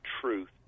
truth